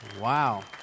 Wow